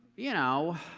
you know,